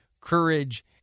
Courage